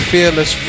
Fearless